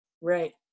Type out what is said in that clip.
right